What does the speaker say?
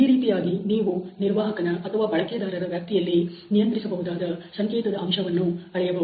ಈ ರೀತಿಯಾಗಿ ನೀವು ನಿರ್ವಾಹಕನ ಅಥವಾ ಬಳಕೆದಾರರ ವ್ಯಾಪ್ತಿಯಲ್ಲಿ ನಿಯಂತ್ರಿಸಬಹುದಾದ ಸಂಕೇತದ ಅಂಶವನ್ನು ಅಳೆಯಬಹುದು